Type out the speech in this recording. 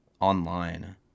online